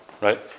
Right